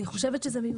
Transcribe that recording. אני חושבת שזה נמצא.